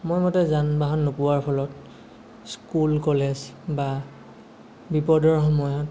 সময়মতে যান বাহন নোপোৱাৰ ফলত স্কুল কলেজ বা বিপদৰ সময়ত